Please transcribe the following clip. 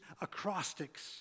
acrostics